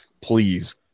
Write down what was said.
Please